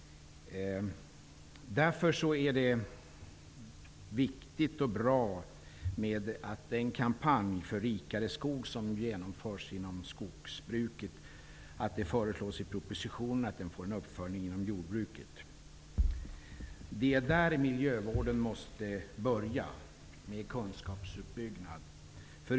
Därför är det när det gäller den kampanj för en rikare skog som genomförs i fråga om skogsbruket viktigt och bra att det föreslås i propositionen att denna kampanj får en uppföljning inom jordbruket. Det är där miljövården måste börja med en kunskapsuppbyggnad.